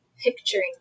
picturing